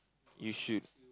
you should